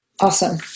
Awesome